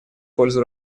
пользу